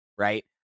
Right